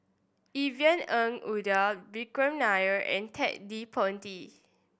Yvonne Ng Uhde Vikram Nair and Ted De Ponti